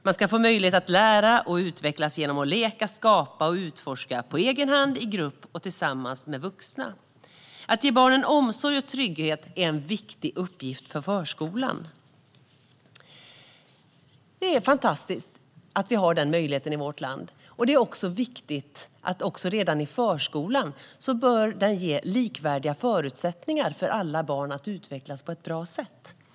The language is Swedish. Man ska få möjlighet att lära och utvecklas genom att leka, skapa och utforska på egen hand, i grupp och tillsammans med vuxna. Att ge barnen omsorg och trygghet är en viktig uppgift för förskolan. Det är fantastiskt att vi har denna möjlighet i vårt land, och det är också viktigt att man redan i förskolan ger likvärdiga förutsättningar för alla barn att utvecklas på ett bra sätt. Herr talman!